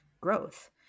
growth